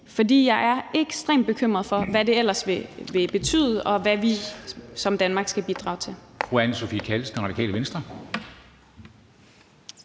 For jeg er ekstremt bekymret for, hvad det ellers vil betyde, og hvad vi i Danmark skal bidrage til.